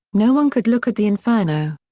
no one could look at the inferno.